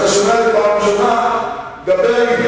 אתה שומע את זה פעם ראשונה, דבר עם